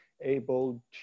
able